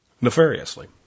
nefariously